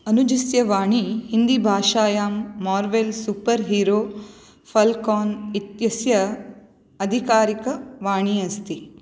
अनुजस्य वाणी हिन्दीभाषायां मार्वेल् सूपर्हीरो फ़ल्कान् इत्यस्य आधिकारिकवाणी अस्ति